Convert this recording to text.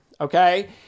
Okay